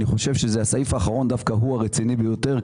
חושב שזה הסעיף האחרון שדווקא הוא הרציני ביותר.